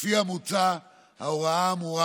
לפי המוצע, ההוראה האמורה